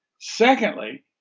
Secondly